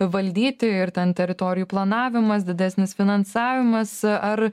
valdyti ir ten teritorijų planavimas didesnis finansavimas ar